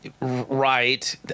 Right